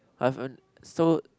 I've earn so